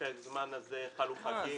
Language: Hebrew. בפרק הזמן זה חלו חגים.